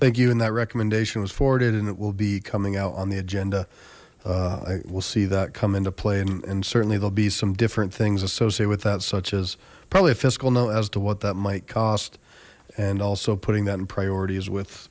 thank you and that recommendation was forwarded and it will be coming out on the agenda i will see that come into play and certainly there'll be some different things associated with that such as probably a fiscal note as to what that might cost and also putting that in priorities with